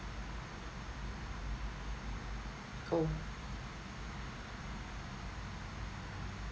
oh